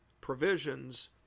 provisions